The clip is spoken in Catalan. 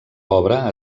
obra